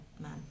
man